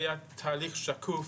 תהליך שקוף.